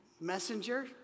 Messenger